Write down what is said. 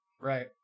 Right